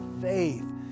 faith